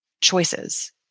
choices